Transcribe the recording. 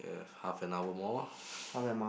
have half an hour more